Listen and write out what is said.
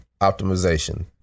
optimization